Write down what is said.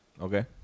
Okay